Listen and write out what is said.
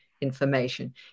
information